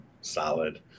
solid